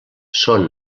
són